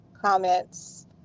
comments